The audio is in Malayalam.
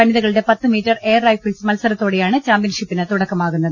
വനിതകളുടെ പത്ത് മീറ്റർ എയർ റൈഫിൾസ് മത്സരത്തോടെയാണ് ചാമ്പ്യൻഷിപ്പിന് തുടക്ക മാകുന്നത്